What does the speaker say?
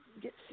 get